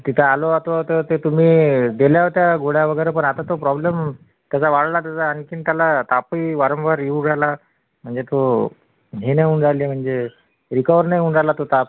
तिथं आलो होतो तर ते तुम्ही दिल्या होत्या गोळ्या वगैरे पण आता तो प्रॉब्लम त्याचा वाढला त्याचा आणखीन त्याला तापही वारंवार येऊ राहिला म्हणजे तो हे नाही होऊन राहिले म्हणजे रिकवर नाही होऊन राहिला तो ताप